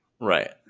Right